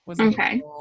Okay